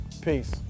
Peace